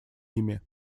ими